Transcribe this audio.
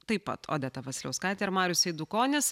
taip pat odeta vasiliauskaitė ir marius eidukonis